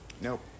Nope